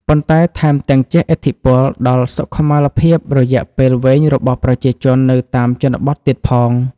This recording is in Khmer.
ប៉ុន្តែថែមទាំងជះឥទ្ធិពលដល់សុខុមាលភាពរយៈពេលវែងរបស់ប្រជាជននៅតាមជនបទទៀតផង។